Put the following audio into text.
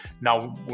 now